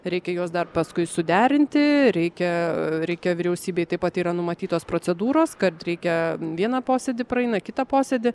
reikia juos dar paskui suderinti reikia reikia vyriausybėj taip pat yra numatytos procedūros kad reikia vieną posėdį praeina kitą posėdį